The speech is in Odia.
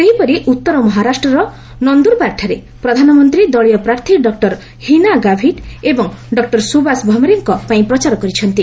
ସେହିପରି ଉତ୍ତର ମହାରାଷ୍ଟ୍ରର ନନ୍ଦରବାର୍ଠାରେ ପ୍ରଧାନମନ୍ତ୍ରୀ ଦଳୀୟ ପ୍ରାର୍ଥୀ ଡକ୍କର ହୀନା ଗାଭିଟ୍ ଏବଂ ଡକ୍ଟର ସୁବାସ ଭମ୍ରେଙ୍କ ପାଇଁ ପ୍ରଚାର କରିଛନ୍ତି